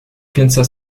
kansas